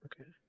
Okay